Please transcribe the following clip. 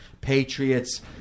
Patriots